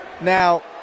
Now